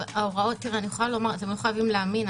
אתם לא חייבים להאמין,